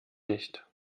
nicht